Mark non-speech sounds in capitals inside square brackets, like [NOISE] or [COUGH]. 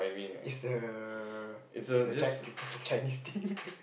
it's the it's the chi~ its the [LAUGHS] Chinese thing